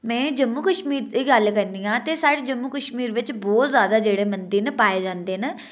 में जम्मू कश्मीर दी गल्ल करनी आं ते साढ़े जम्मू कश्मीर बिच बहोत जादै जेह्ड़े मंदिर न पाये जंदे न